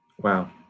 Wow